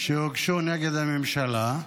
שהוגשו נגד הממשלה.